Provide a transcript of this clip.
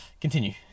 continue